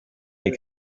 iyi